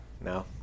No